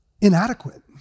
inadequate